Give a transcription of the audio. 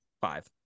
Five